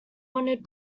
honoured